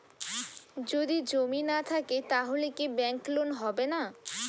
যদি জমি না থাকে তাহলে কি ব্যাংক লোন হবে না?